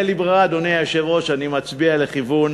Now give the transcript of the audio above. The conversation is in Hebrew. אין לי ברירה, אדוני היושב-ראש, אני מצביע לכיוון